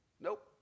Nope